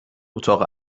اتاق